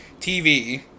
TV